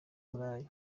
burayi